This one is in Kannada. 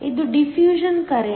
ಇದು ಡಿಫ್ಯೂಷನ್ ಕರೆಂಟ್